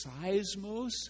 seismos